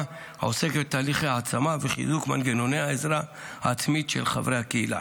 העוסקת בתהליכי העצמה וחיזוק מנגנוני העזרה העצמית של חברי הקהילה.